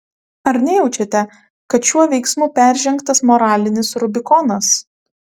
ar nejaučiate kad šiuo veiksmu peržengtas moralinis rubikonas